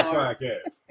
podcast